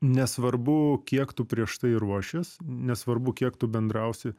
nesvarbu kiek tu prieš tai ruošies nesvarbu kiek tu bendrausi